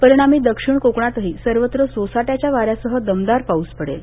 परिणामी दक्षिण कोकणातही सर्वत्र सोसाट्याच्या वाऱ्यासह दमदार पाऊस पडेल